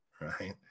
Right